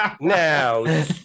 now